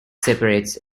separates